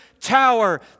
tower